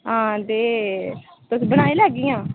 हां दे तुस बनाई लैह्गियां